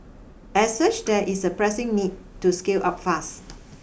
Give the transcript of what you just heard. as such there is a pressing need to scale up fast